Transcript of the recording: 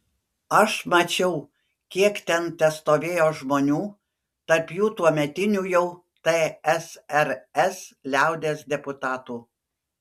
aš mačiau kiek ten testovėjo žmonių tarp jų tuometinių jau tsrs liaudies deputatų